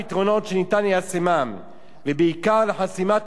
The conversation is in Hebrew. ובעיקר, לחסימת תוכניות תועבה בפני קטינים.